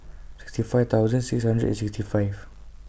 sixty five thousand six hundred and sixty five